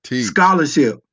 scholarship